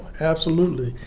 absolutely.